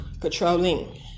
controlling